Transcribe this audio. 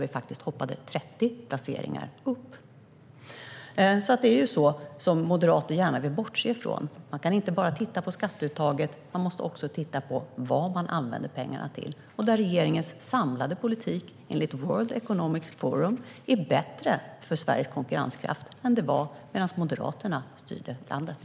Vi har hoppat upp 30 placeringar. Moderaterna vill gärna bortse från det faktum att man inte bara kan titta på skatteuttaget; man måste också titta på vad pengarna används till. Regeringens samlade politik är enligt World Economic Forum bättre för Sveriges konkurrenskraft än när Moderaterna styrde landet.